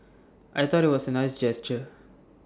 I thought IT was A nice gesture